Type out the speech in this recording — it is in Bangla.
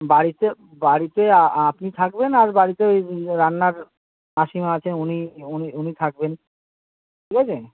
বাড়িতে বাড়িতে আপনি থাকবেন আর বাড়িতে ওই রান্নার মাসিমা আছেন উনি উনি উনি থাকবেন ঠিক আছে